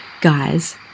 Guys